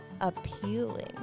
appealing